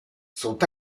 sont